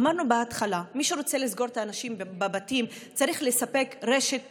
אמרנו בהתחלה: מי שרוצה לסגור את האנשים בבתים צריך לספק רשת ביטחונית,